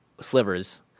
slivers